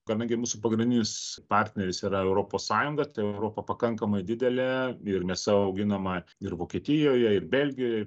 kadangi mūsų pagrindinis partneris yra europos sąjunga tai europa pakankamai didelė ir ne savo auginamą ir vokietijoje ir belgijoj